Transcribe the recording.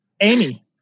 Amy